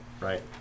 Right